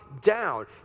down